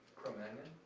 cro-magnon?